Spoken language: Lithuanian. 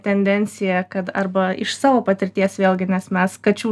tendenciją kad arba iš savo patirties vėlgi nes mes kačių